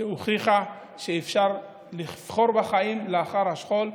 שהוכיחה שאפשר לבחור בחיים לאחר השכול,